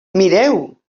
mireu